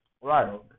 Right